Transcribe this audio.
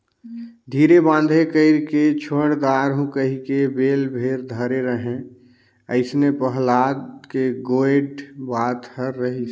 धीरे बांधे कइरके छोएड दारहूँ कहिके बेल भेर धरे रहें अइसने पहलाद के गोएड बात हर रहिस